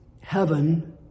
heaven